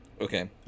Okay